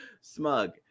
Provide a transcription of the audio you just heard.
Smug